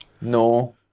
No